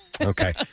Okay